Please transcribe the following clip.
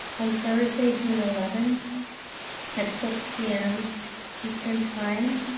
on thursday, june eleven at six pm eastern time,